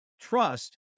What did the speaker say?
trust